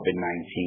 COVID-19